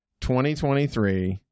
2023